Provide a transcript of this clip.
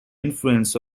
influence